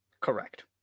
Correct